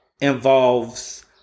involves